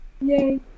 Yay